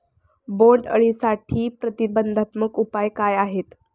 बोंडअळीसाठी प्रतिबंधात्मक उपाय काय आहेत?